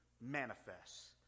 manifests